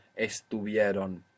estuvieron